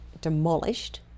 demolished